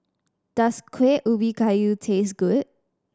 does Kueh Ubi Kayu taste good